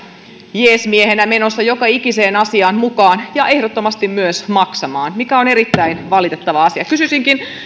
jees miehenä menossa joka ikiseen asiaan mukaan ja ehdottomasti myös maksamaan mikä on erittäin valitettava asia kysyisinkin